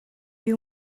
you